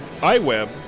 iWeb